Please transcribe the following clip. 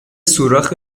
سوراخ